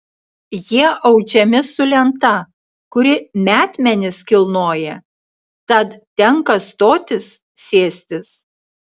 jie audžiami su lenta kuri metmenis kilnoja tad tenka stotis sėstis